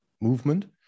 movement